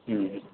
ಹ್ಞ್ ಹ್ಞ್